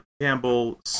Campbell